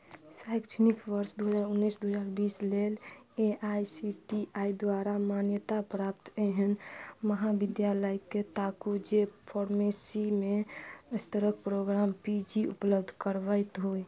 शैक्षणिक वर्ष दू हजार उन्नैस दू हजार बीस लेल A I C T E द्वारा मान्यताप्राप्त एहन महाबिद्यालयके ताकू जे फार्मेसीमे स्तरक प्रोग्राम पी जी उपलब्ध करबैत हो